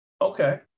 Okay